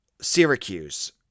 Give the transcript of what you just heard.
Syracuse